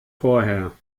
vorher